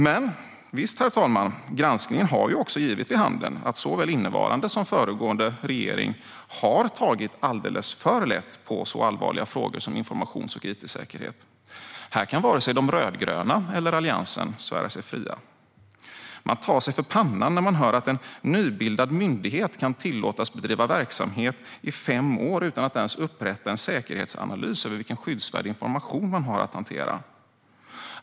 Men visst, herr talman, granskningen har också givit vid handen att såväl innevarande som föregående regering har tagit alldeles för lätt på så allvarliga frågor som informations och it-säkerhet. Här kan varken de rödgröna eller Alliansen svära sig fria. Man tar sig för pannan när man hör att en nybildad myndighet kan tillåtas bedriva verksamhet i fem år utan att ens upprätta en säkerhetsanalys över vilken skyddsvärd information den har att hantera.